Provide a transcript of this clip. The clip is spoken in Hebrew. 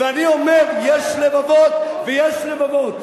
ואני אומר: יש לבבות ויש לבבות,